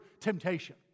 temptation